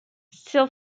still